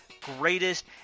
greatest